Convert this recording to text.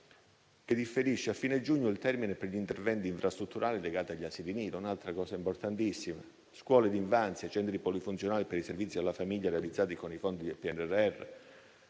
che differisce a fine giugno il termine per gli interventi infrastrutturali legati agli asili nido. È un'altra questione importantissima, perché si tratta di scuole per l'infanzia e centri polifunzionali per i servizi alla famiglia, realizzati con i fondi del PNRR.